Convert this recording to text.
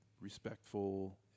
respectful